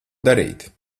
darīt